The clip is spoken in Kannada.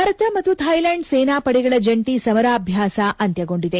ಭಾರತ ಮತ್ತು ಥಾಯ್ಲೆಂಡ್ ಸೇನಾ ಪಡೆಗಳ ಜಂಟಿ ಸಮರಾಭ್ಯಾಸ ಅಂತ್ಯಗೊಂಡಿದೆ